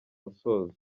musozo